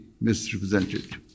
misrepresented